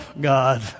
God